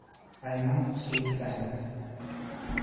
ᱟᱭᱢᱟ ᱥᱤᱴ ᱛᱟᱦᱮᱸᱱᱟ